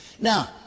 Now